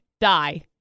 die